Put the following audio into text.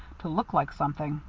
to look like something.